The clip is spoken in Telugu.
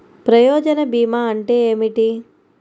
ప్రయోజన భీమా అంటే ఏమిటి?